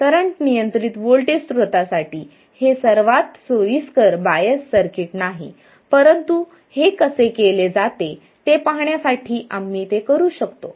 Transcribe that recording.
current नियंत्रित voltage स्त्रोतासाठी हे सर्वात सोयीस्कर बायस सर्किट नाही परंतु हे कसे केले जाते ते पाहण्यासाठी आम्ही ते करू शकतो